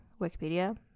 Wikipedia